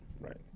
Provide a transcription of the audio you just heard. Right